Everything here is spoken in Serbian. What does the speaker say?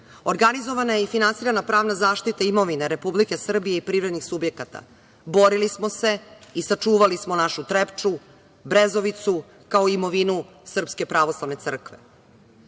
Organizovana je i finansirana pravna zaštita imovine Republike Srbije i privredih subjekata. Borili smo se i sačuvali smo našu Trepču, Brezovicu, kao i imovinu SPC.Pri Zdravstvenom